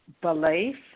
belief